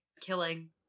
Killing